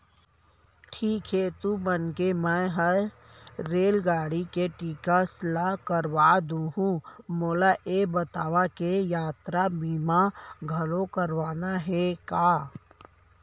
ठीक हे तुमन के मैं हर रेलगाड़ी के टिकिट ल करवा दुहूँ, मोला ये बतावा के यातरा बीमा घलौ करवाना हे का?